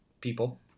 people